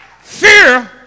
Fear